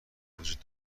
وجود